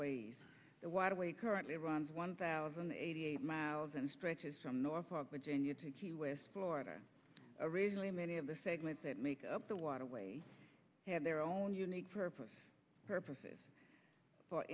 ways the waterway currently runs one thousand eight hundred miles and stretches from norfolk virginia to key west florida originally many of the segments that make up the waterway have their own unique purpose purposes for